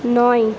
নয়